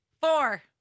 Four